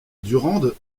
durande